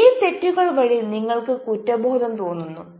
ഈ തെറ്റുകൾ വഴി നിങ്ങൾക്ക് കുറ്റബോധം തോന്നുന്നു